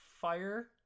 fire